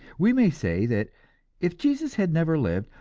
we may say that if jesus had never lived,